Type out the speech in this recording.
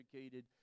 educated